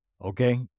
Okay